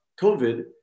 COVID